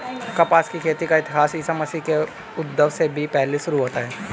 कपास की खेती का इतिहास ईसा मसीह के उद्भव से भी पहले शुरू होता है